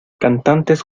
cantantes